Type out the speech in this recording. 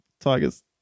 Tigers